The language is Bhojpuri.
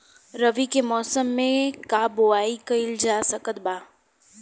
रवि के मौसम में का बोआई कईल जा सकत बा?